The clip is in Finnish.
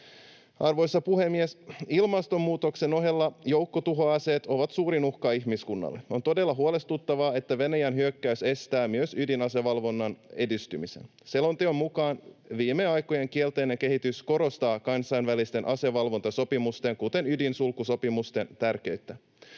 Arvoisa puhemies! Ilmastonmuutoksen ohella joukkotuhoaseet ovat suurin uhka ihmiskunnalle. On todella huolestuttavaa, että Venäjän hyökkäys estää myös ydinasevalvonnan edistymisen. Selonteon mukaan viime aikojen kielteinen kehitys korostaa kansainvälisten asevalvontasopimusten, kuten ydinsulkusopimusten, tärkeyttä.